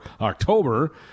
October